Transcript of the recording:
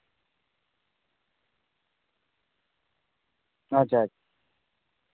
ᱟᱪᱪᱷᱟ